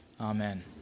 Amen